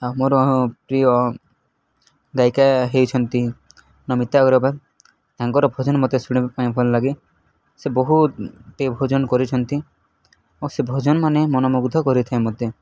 ଆଉ ମୋର ପ୍ରିୟ ଗାୟିକା ହେଉଛନ୍ତି ନମିତା ଅଗ୍ରୱାଲ ତାଙ୍କର ଭଜନ ମୋତେ ଶୁଣିବା ପାଇଁ ଭଲ ଲାଗେ ସେ ବହୁତଟେ ଭଜନ କରିଛନ୍ତି ଓ ସେ ଭଜନମାନେ ମନମୁଗ୍ଧ କରିଥାଏ ମୋତେ